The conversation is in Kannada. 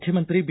ಮುಖ್ಯಮಂತ್ರಿ ಬಿ